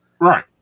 Right